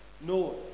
No